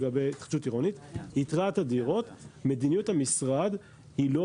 לגבי התחדשות עירונית מדיניות המשרד היא לא